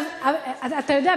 אתה יודע,